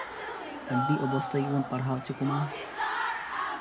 ᱟᱹᱰᱤ ᱚᱵᱚᱥᱥᱳᱭ ᱜᱮᱵᱚᱱ ᱯᱟᱲᱦᱟᱣ ᱦᱚᱪᱚ ᱠᱚᱢᱟ